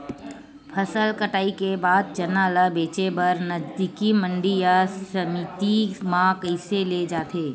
फसल कटाई के बाद चना ला बेचे बर नजदीकी मंडी या समिति मा कइसे ले जाथे?